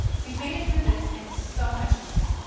we've made it through this and so much more.